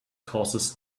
causes